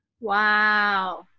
Wow